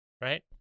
Right